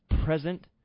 present